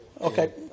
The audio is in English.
Okay